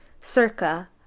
Circa